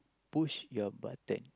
push your button